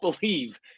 believe